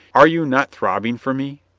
are you not throb bing for me?